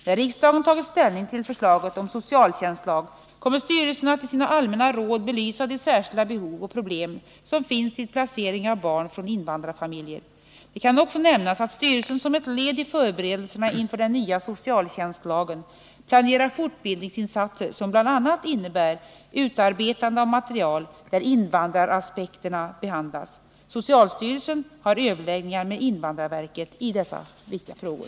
När riksdagen tagit ställning till förslaget om socialtjänstlag kommer styrelsen att i sina allmänna råd belysa de särskilda behov och problem som finns vid placering av barn från invandrarfamiljer. Det kan också nämnas att styrelsen som ett led i förberedelserna inför den nya socialtjänstlagen planerar fortbildningsinsatser, som bl a. innebär utarbetande av material där invandraraspekterna behandlas. Socialstyrelsen har överläggningar med invandrarverket i dessa viktiga frågor.